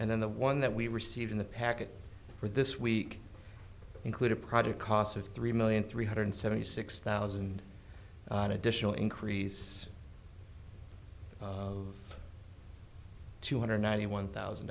and then the one that we received in the packet for this week included project costs of three million three hundred seventy six thousand additional increase of two hundred ninety one thousand